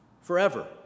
forever